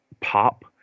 pop